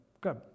Good